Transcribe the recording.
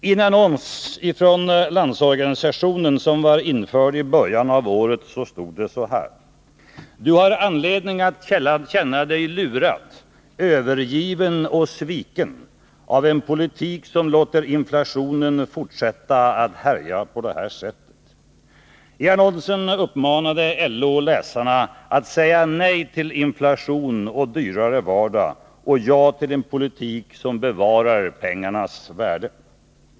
I en annons från LO som var införd i början av året stod det så här: ”Du har anledning att känna Dig lurad, övergiven och sviken av en politik som låter inflationen fortsätta att härja på det här sättet.” I annonsen 2 Riksdagens protokoll 1982/83:16-17 uppmanade LO läsarna att ”säga nej till inflation och dyrare vardag och ja till en politik som bevarar pengarnas värde”.